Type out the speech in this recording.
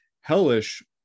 hellish